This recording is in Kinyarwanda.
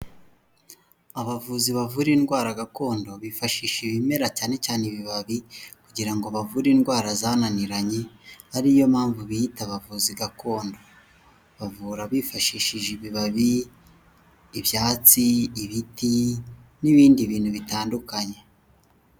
Abavuzi bavura indwara gakondo bifashisha ibimera cyane cyane ibibabi kugira bavure indwara zananiranye ariyo mpamvu biyita abavuzi gakondo bavura bifashishije ibibabi ibyatsi ibiti n'ibindi bintu bitandukanye.